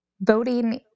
Voting